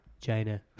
China